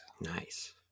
Nice